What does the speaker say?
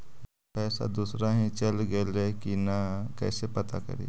पैसा दुसरा ही चल गेलै की न कैसे पता करि?